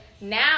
now